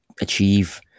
achieve